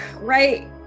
right